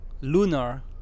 lunar